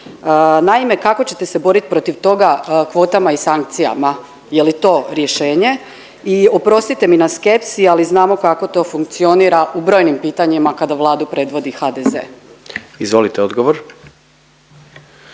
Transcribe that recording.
Naime, kako ćete se boriti protiv toga kvotama i sankcijama, je li to rješenje? I oprostite mi na skepsi ali znamo kako to funkcionira u brojnim pitanjima kada Vladu predvodi HDZ. **Jandroković,